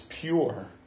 pure